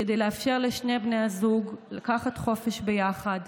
כדי לאפשר לשני בני הזוג לקחת חופש ביחד,